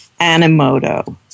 Animoto